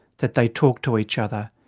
that they talk to each other,